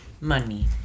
money